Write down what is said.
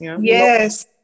yes